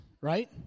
right